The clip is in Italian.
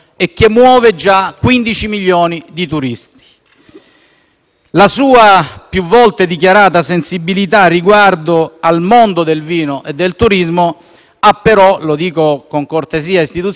La sua più volte dichiarata sensibilità riguardo al mondo del vino e del turismo, Ministro, lo dico con cortesia istituzionale, ha avuto negli ultimi mesi qualche